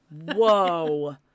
whoa